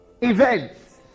events